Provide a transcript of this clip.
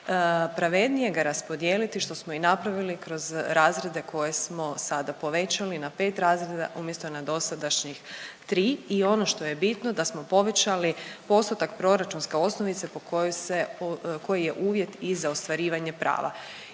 pravednije ga raspodijeliti što smo i napravili kroz razrede koje smo sada povećali na 5 razreda, umjesto na dosadašnjih 3 i ono što je bitno da smo povećali postotak proračunske osnovice po kojoj se, koji je uvjet i za ostvarivanje prava